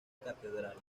catedral